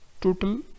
total